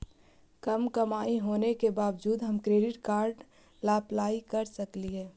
कम कमाई होने के बाबजूद हम क्रेडिट कार्ड ला अप्लाई कर सकली हे?